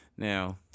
Now